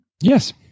yes